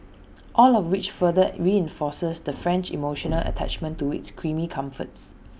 all of which further reinforces the French emotional attachment to its creamy comforts